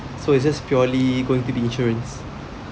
so it's just purely going into the insurance